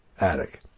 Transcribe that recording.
attic